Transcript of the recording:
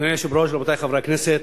אדוני היושב-ראש, רבותי חברי הכנסת,